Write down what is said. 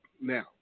now